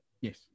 Yes